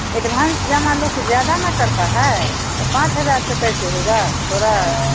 advance जामा लोग ज़्यादा ना करते हैं तो पाँच हज़ार से कैसे होगा थोड़ा